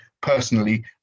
personally